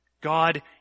God